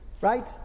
Right